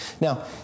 Now